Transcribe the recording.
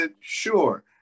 sure